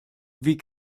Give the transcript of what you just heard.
wie